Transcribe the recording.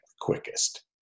quickest